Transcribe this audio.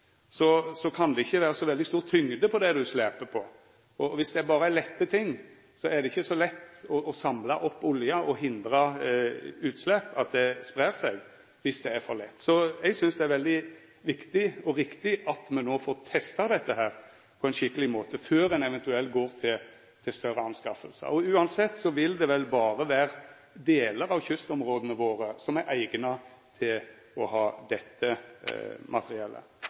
så veldig stor tyngd, og viss det berre er lette ting, er det ikkje så lett å samla opp olja og hindra utslepp – det spreier seg om det er for lett. Så eg synest det er veldig viktig og riktig at me no får testa dette på ein skikkeleg måte, før ein eventuelt går til større anskaffingar. Og uansett vil det vel berre vera delar av kystområda våre som er eigna til å ha dette materiellet.